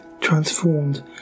transformed